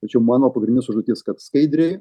tačiau mano pagrindinis užduotis kad skaidriai